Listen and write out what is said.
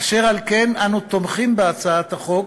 אשר על כן אנו תומכים בהצעת החוק,